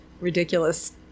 ridiculous